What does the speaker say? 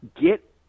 Get –